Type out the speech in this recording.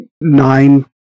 nine